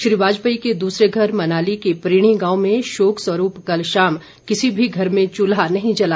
श्री वाजपेयी के दूसरे घर मनाली के प्रीणी गांव में शोक स्वरूप कल शाम किसी मी घर में चुल्हा नहीं जला